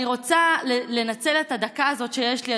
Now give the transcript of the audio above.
אני רוצה לנצל את הדקה הזאת שיש לי,